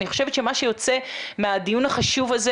אני חושבת שמה שיוצא מהדיון החשוב הזה